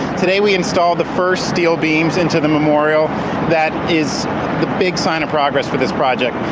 today we installed the first steel beams into the memorial that is the big sign of progress for this project.